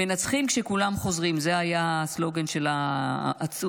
"מנצחים כשכולם חוזרים", זה היה הסלוגן של העצומה.